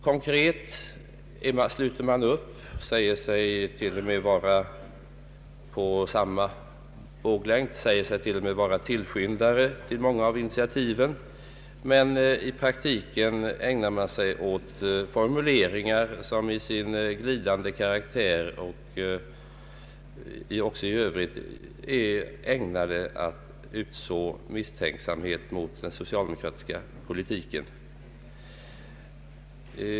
Konkret sluter oppositionen upp och säger sig vara på samma våglängd som vi — man säger sig till och med vara påskyndare till många av initiativen — men i praktiken ägnar man sig åt formuleringar som med sin glidande karaktär och även i övrigt är ägnade att utså misstänksamhet mot den socialdemokratiska politiken.